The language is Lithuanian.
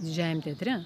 didžiąjam teatre